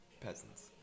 Peasants